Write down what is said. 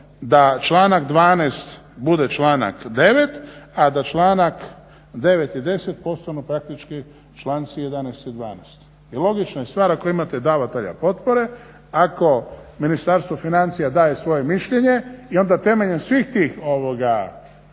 da članak 12. bude članak 9., a da članak 9. i 10. postanu praktički članci 11. i 12. I logična je stvar ako imate davatelja potpore, ako Ministarstvo financija daje svoje mišljenje i onda temeljem svih tih papira